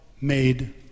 made